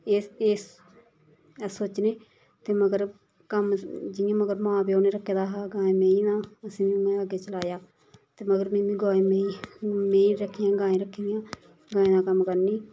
इस इस सोचने ते मगर कम्म जियां मगर मां प्यौ न रक्खे दा हा गायें मेहीं दा असें हून में अग्गें चलाया ते मगर में बी गायें मेहीं रक्खी दियां गायें रक्खी दियां गायें दा कम्म करनी